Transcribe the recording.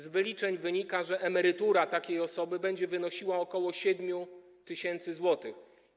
Z wyliczeń wynika, że emerytura takiej osoby będzie wynosiła ok. 7 tys. zł.